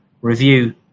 review